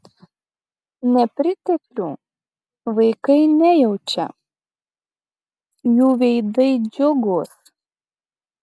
nepriteklių vaikai nejaučia jų veidai džiugūs